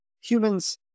humans